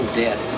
dead